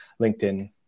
LinkedIn